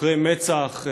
חוקרי מצ"ח,